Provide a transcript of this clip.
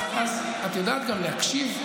את יודעת גם להקשיב?